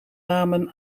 namen